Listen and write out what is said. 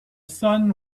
son